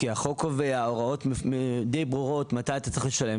החוק קובע הוראות די ברורות למתי צריך לשלם.